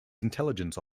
intelligence